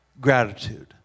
gratitude